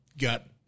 got